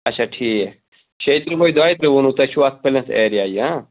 اَچھا ٹھیٖک شیٚیہِ ترٛہ بَے دوٚیہِ ترٛہ ووٚنوٕ تۄہہِ چھُ اتھ پُلنتھ ایٚریا یہِ ہاں